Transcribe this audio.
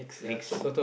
next